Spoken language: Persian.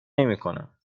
نمیکنم